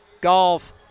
golf